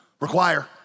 require